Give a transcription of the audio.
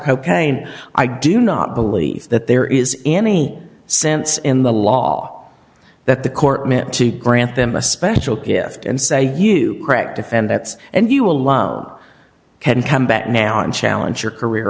cocaine i do not believe that there is any sense in the law that the court meant to grant them a special gift and say you crack defendants and you alone can come back now and challenge your career